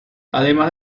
además